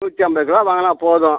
நூற்றி ஐம்பது கிலோ வாங்கினா போதும்